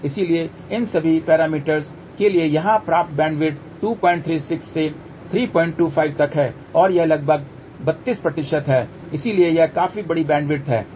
इसलिए इन सभी पैरामीटर्स के लिए यहां प्राप्त बैंडविड्थ 236 से 325 तक है और यह लगभग 32 है इसलिए यह काफी बड़ी बैंडविड्थ है ठीक है